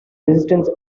resistance